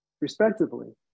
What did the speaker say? respectively